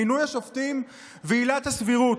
מינוי השופטים ועילת הסבירות,